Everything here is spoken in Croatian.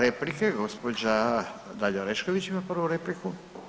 Replike, gospođa Dalija Orešković ima prvu repliku.